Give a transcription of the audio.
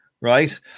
right